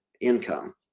income